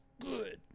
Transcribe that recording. good